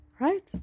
right